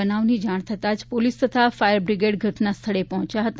બનાવની જાણ થતાં જ પોલીસ તથા ફાયર બ્રિગેડ ઘટનાસ્થળે પહોંચ્યા હતો